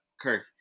Kirk